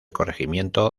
corregimiento